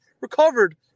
recovered